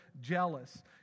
jealous